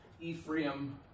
Ephraim